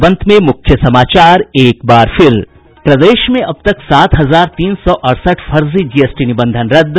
और अब अंत में मुख्य समाचार प्रदेश में अब तक सात हजार तीन सौ अड़सठ फर्जी जीएसटी निबंधन रद्द